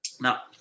Now